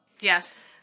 Yes